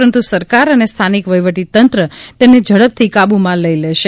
પરંતુ સરકાર અને સ્થાનિક વહિવટીતંત્ર તેને ઝડપથી કાબુમાં લઇ લેશે